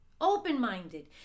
open-minded